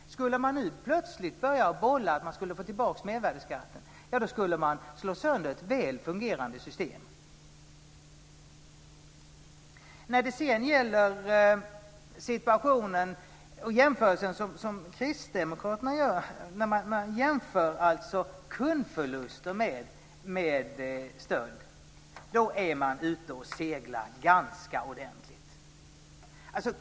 Skulle man nu plötsligt börja att bolla med att man skulle få tillbaka mervärdesskatten skulle man slå sönder ett väl fungerande system. Kristdemokraterna jämför kundförluster med stöld. Då är de ute och seglar ganska ordentligt.